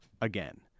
again